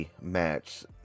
match